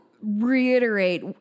reiterate